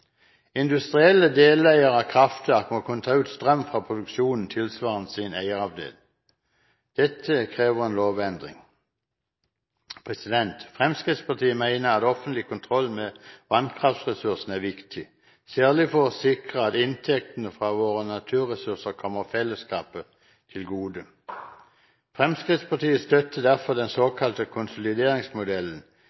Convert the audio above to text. Industrielle deleiere av kraftverk må kunne ta ut strøm fra produksjonen tilsvarende sin eierandel. Dette krever en lovendring. Fremskrittspartiet mener at offentlig kontroll med vannkraftressursene er viktig, særlig for å sikre at inntektene fra våre naturressurser kommer fellesskapet til gode. Fremskrittspartiet støtter derfor den